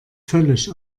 völlig